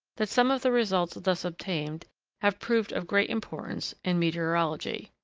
that some of the results thus obtained have proved of great importance in meteorology.